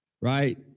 right